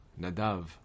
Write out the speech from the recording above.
Nadav